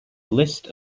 list